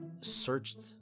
searched